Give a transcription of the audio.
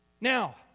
Now